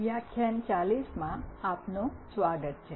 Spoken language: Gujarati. વ્યાખ્યાન 40માં આપનું સ્વાગત છે